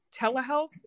telehealth